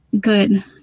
good